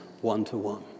one-to-one